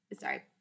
sorry